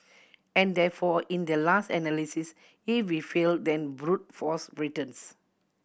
and therefore in the last analysis if we fail then brute force returns